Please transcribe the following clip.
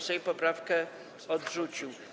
Sejm poprawkę odrzucił.